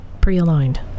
pre-aligned